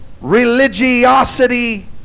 religiosity